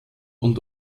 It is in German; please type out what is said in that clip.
und